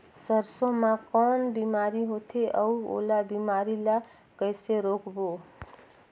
सरसो मा कौन बीमारी होथे अउ ओला बीमारी ला कइसे रोकबो?